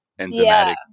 enzymatic